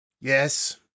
Yes